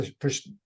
push